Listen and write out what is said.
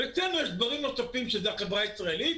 ואצלנו יש דברים נוספים שזה החברה הישראלית.